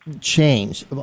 change